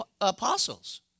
apostles